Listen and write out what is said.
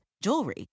jewelry